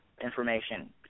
information